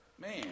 Man